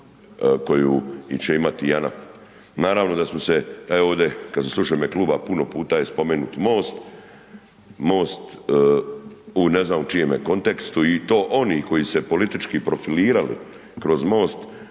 koju će imat JANAF. Naravno da smo se ovdje kad smo slušali u ime kluba, puno puta je spomenut MOST, MOST u ne znam čijemu kontekstu i to onih koji su se politički profilirali kroz MOST,